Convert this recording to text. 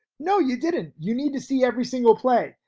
no you didn't, you need to see every single play.